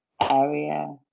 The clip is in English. area